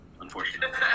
Unfortunately